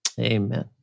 Amen